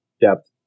depth